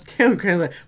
Okay